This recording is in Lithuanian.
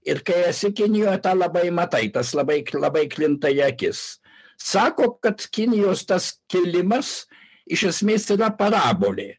ir kai esi kinijoj tą labai matai tas labai labai krinta į akis sako kad kinijos tas kėlimas iš esmės yra parabolė